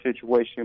situation